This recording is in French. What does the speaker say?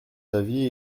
d’avis